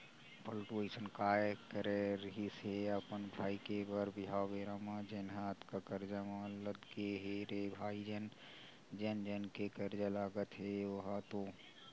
पलटू अइसन काय करे रिहिस हे अपन भाई के बर बिहाव बेरा म जेनहा अतका करजा म लद गे हे रे भई जन जन के करजा लगत हे ओहा तो